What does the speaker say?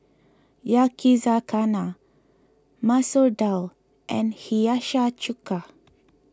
Yakizakana Masoor Dal and Hiyashi Chuka